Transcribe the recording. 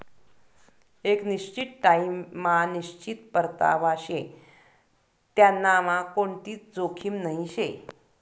एक निश्चित टाइम मा निश्चित परतावा शे त्यांनामा कोणतीच जोखीम नही शे